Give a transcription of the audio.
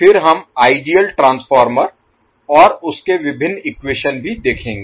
फिर हम ideal Ideal आदर्श ट्रांसफार्मर और उसके विभिन्न इक्वेशन भी देखेंगे